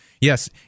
Yes